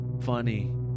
funny